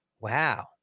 wow